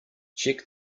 check